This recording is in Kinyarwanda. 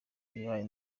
ibaye